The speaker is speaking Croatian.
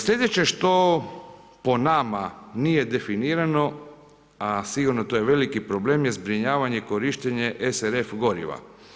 Slijedeće što po nama nije definirano, a sigurno to je veliki problem je zbrinjavanje i korištenje SRF goriva.